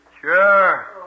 Sure